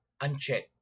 unchecked